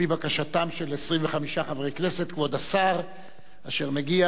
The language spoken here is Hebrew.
י"ט בכסלו התשע"ג (3 בדצמבר